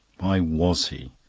why was he?